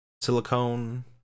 silicone